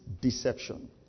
deception